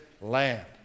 land